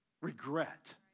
regret